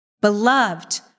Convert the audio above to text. beloved